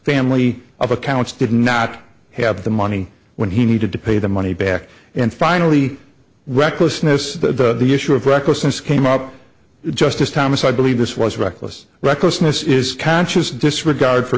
family of accounts did not have the money when he needed to pay the money back and finally recklessness the issue of recklessness came up to justice thomas i believe this was reckless recklessness is conscious disregard for